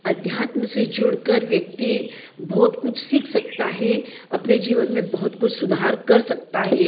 अध्यात्म से जुड़कर व्यक्ति बहुत कुछ सीख सकता है अपने जीवन में सुधार कर सकता है